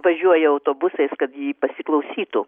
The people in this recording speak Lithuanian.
važiuoja autobusais kad pasiklausytų